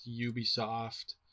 Ubisoft